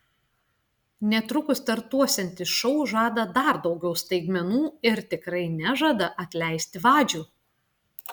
netrukus startuosiantis šou žada dar daugiau staigmenų ir tikrai nežada atleisti vadžių